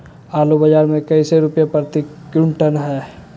आलू बाजार मे कैसे रुपए प्रति क्विंटल है?